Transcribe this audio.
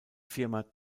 firma